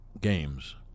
games